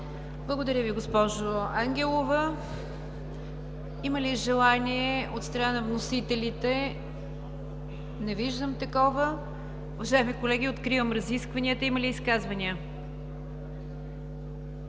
Благодаря Ви, госпожо Ангелова. Има ли желание от страна на вносителите? Не виждам такова. Уважаеми колеги, откривам разискванията. Има ли изказвания?